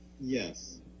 Yes